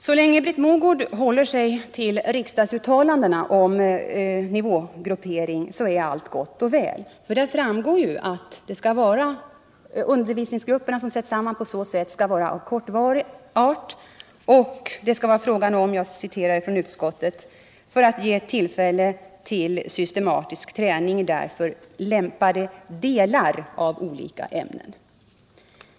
Så länge Britt Mogård håller sig till riksdagsuttalandena om nivågruppering så är allt gott och väl, för där framgår ju att undervisningsgrupperna som sätts samman på så sätt skall vara av kortvarig art och, enligt utbildningsutskottet, ”för att ge tillfälle till systematisk träning i därför lämpade delar av olika ämnen”.